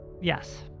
Yes